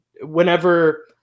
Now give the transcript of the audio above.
whenever